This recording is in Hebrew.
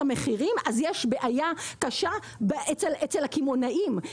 המחירים אז יש בעיה קשה אצל הקמעונאים,